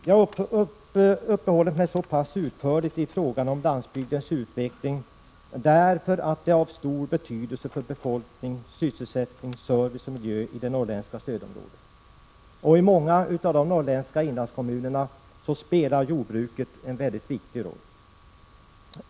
Jag har uppehållit mig så pass utförligt vid landsbygdens utveckling, därför att den är av stor betydelse för befolkning, sysselsättning, service och miljö i det norrländska stödområdet. I många av de norrländska inlandskommunerna spelar jordbruket en mycket viktig roll.